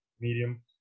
medium